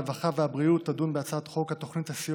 הרווחה והבריאות תדון בהצעת חוק התוכנית הכלכלית לסיוע